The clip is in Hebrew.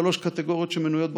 שלוש קטגוריות שמנויות בחוק,